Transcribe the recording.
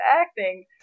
acting